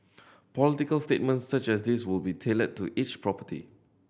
political statements such as these will be tailored to each property